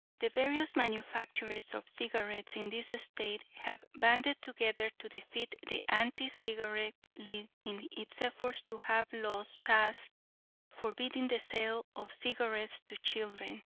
the various manufacturers of cigarettes in this state have banded together to defeat the anti-cigarette league in its efforts to have laws passed forbidding the sale of cigarettes to children.